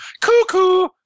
Cuckoo